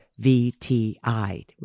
VTI